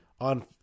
on